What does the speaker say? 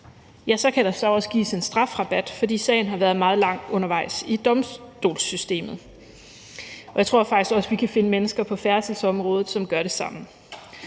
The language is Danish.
tid, kan der også gives en strafrabat, fordi sagen har været meget lang tid undervejs i domstolssystemet. Og jeg tror faktisk også, at vi på færdselsområdet kan finde mennesker, som gør det samme.